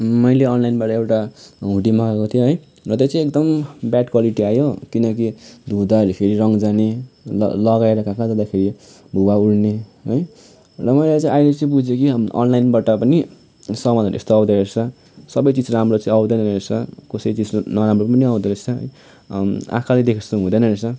मैले अनलाइनबाट एउटा हुडी मगाएको थिएँ र त्यो चाहिँ एकदम ब्याड क्वालिटी आयो किनकि धुँदाखेरि रङ्ग जाने लगाएर कहाँ कहाँ जाँदाखेरि भुवा उड्ने है र मैले चाहिँ अहिले चाहिँ बुझेँ कि अनलाइनबाट पनि सामानहरू यस्तो आउँदो रहेछ सबै चिज राम्रो चाहिँ आउँदैन रहेछ कसै त्यस्तो नराम्रो पनि आउँदो रहेछ है आँखाले देखेको जस्तो हुँदैन रहेछ